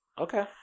okay